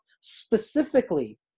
specifically